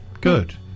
good